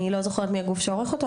אני לא זוכרת מי הגוף שעורך אותו,